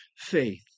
faith